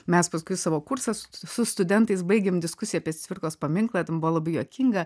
mes paskui savo kursą su studentais baigėm diskusija apie cvirkos paminklą ten buvo labai juokinga